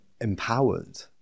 empowered